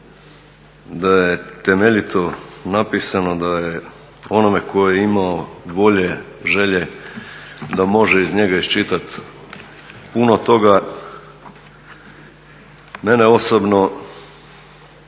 da je temeljito napisano, da je onome tko je imao volje, želje da može iz njega iščitati puno toga. Mene osobno